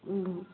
ହୁଁ ହୁଁ